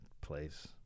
place